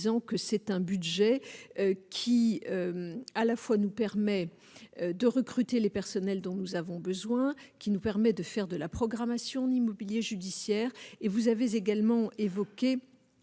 répondu en disant que c'est un budget qui, à la fois nous permet de recruter les personnels dont nous avons besoin, qui nous permet de faire de la programmation n'immobilier judiciaire et vous avez également évoqué